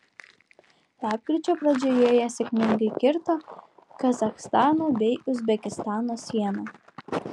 lapkričio pradžioje jie sėkmingai kirto kazachstano bei uzbekistano sieną